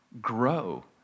grow